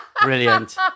brilliant